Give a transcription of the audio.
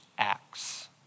acts